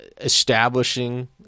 establishing